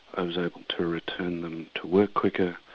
i was able to return them to work quicker,